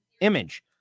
image